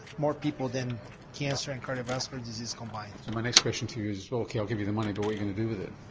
more people than cancer and cardiovascular disease combined. so my next question to you is well ok i'll give you the money but what are you going to do with it?